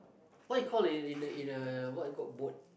what you call in a in a what you call boat